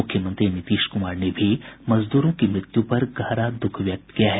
मुख्यमंत्री नीतीश कुमार ने भी मजदूरों की मृत्यू पर गहरा दुःख व्यक्त किया है